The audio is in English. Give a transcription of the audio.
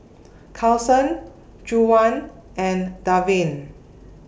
Cason Juwan and Darvin